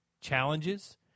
challenges